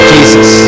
Jesus